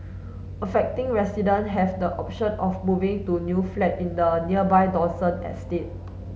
affecting resident have the option of moving to new flat in the nearby Dawson estate